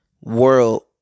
world